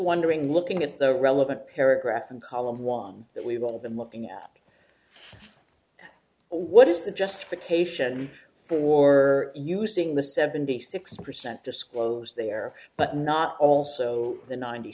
wondering looking at the relevant paragraph in column one that we've all been looking at what is the justification for war using the seventy six percent disclosed there but not also the ninety